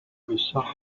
results